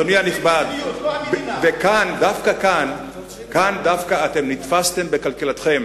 אדוני הנכבד, כאן דווקא אתם נתפסתם בקלקלתכם,